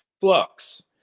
flux